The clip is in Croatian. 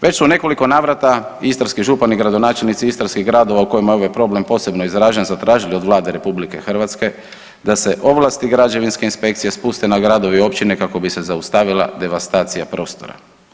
Već se u nekoliko navrata istarski župan i gradonačelnici istarskih gradova u kojima je ovdje problem posebno izražen, zatražili od Vlade RH da se ovlasti građevinske inspekcije spuste na gradove i općine kako bi se zaustavila devastacija prostora.